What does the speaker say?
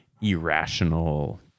irrational